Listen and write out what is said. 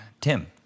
tim